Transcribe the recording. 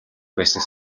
байсныг